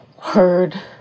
heard